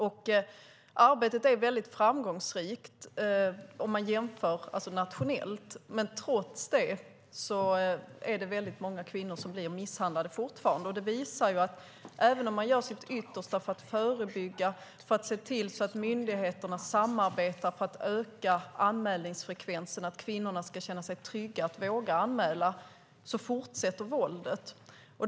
Det arbetet är väldigt framgångsrikt nationellt sett, men trots det är det fortfarande många kvinnor som blir misshandlade. Det visar att även om man gör sitt yttersta för att förebygga och se till att myndigheterna samarbetar för att öka anmälningsfrekvensen, att kvinnorna ska känna sig trygga att våga anmäla, fortsätter våldet.